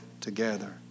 together